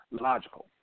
logical